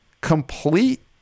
complete